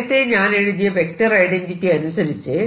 നേരത്തെ ഞാൻ എഴുതിയ വെക്റ്റർ ഐഡന്റിറ്റി അനുസരിച്ച്